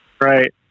Right